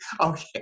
Okay